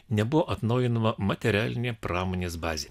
nebuvo atnaujinama materialinė pramonės bazė